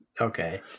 okay